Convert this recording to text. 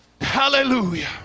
hallelujah